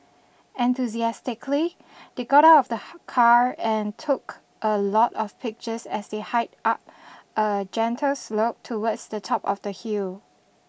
enthusiastically they got out of the car and took a lot of pictures as they hiked up a gentle slope towards the top of the hill